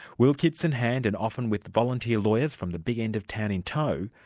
will kits in hand, and often with volunteer lawyers from the big end of town in tow,